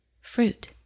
fruit